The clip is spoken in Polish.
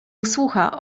usłucha